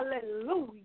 Hallelujah